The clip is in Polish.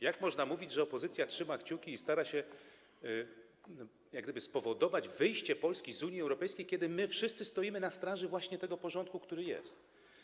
Jak można mówić, że opozycja trzyma kciuki i stara się spowodować wyjście Polski z Unii Europejskiej, skoro my wszyscy stoimy na straży tego porządku, który jest?